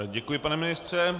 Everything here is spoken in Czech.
Děkuji, pane ministře.